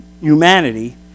humanity